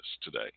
today